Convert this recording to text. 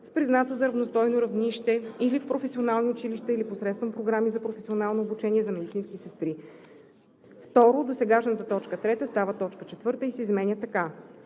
с признато за равностойно равнище или в професионални училища или посредством програми за професионално обучение за медицински сестри;“. 2. Досегашната т. 3 става т. 4 и се изменя така: